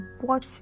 watch